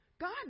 God